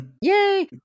yay